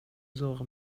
ذوق